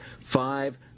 five